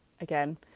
again